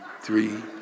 three